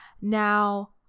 Now